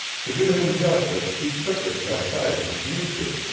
to do him justice he took the chastisement meekly,